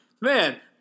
Man